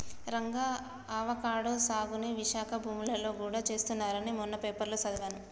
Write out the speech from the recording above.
Ranga avocado సాగుని విశాఖ భూములలో గూడా చేస్తున్నారని మొన్న పేపర్లో సదివాను